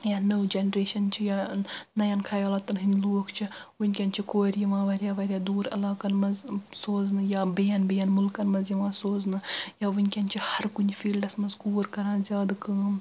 یا نٔو جنریشن چھِ یا نیَن خیالاتن ہٕنٛدۍ لوٗکھ چھِ ؤنکیٚن چھِ کورِ یِوان واریاہ واریاہ دوٗر علاقن منٛز سوزنہٕ یا بیٚین بیٚین مُلکن منٛز یِوان سوزنہٕ یا ؤنکیٚن چھِ ہر کُنہِ فیٖلڈس منٛز کوٗر کران زیادٕ کٲم